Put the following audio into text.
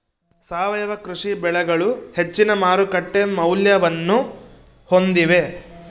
ಸಾವಯವ ಕೃಷಿ ಬೆಳೆಗಳು ಹೆಚ್ಚಿನ ಮಾರುಕಟ್ಟೆ ಮೌಲ್ಯವನ್ನ ಹೊಂದಿವೆ